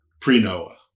pre-Noah